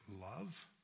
love